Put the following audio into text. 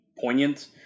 poignant